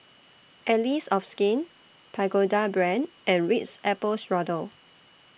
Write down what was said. Allies of Skin Pagoda Brand and Ritz Apple Strudel